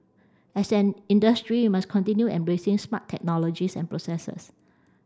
as an industry we must continue embracing smart technologies and processes